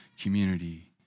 community